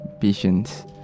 Patience